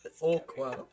awkward